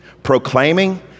proclaiming